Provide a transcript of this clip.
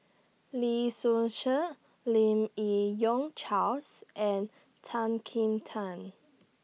Lee Seow Ser Lim Yi Yong Charles and Tan Kim Tian